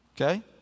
okay